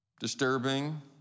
disturbing